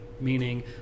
meaning